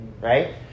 right